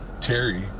Terry